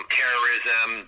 terrorism